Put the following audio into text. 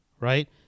right